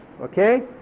okay